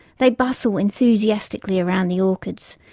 they bustle enthusiastically around the orchids,